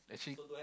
actually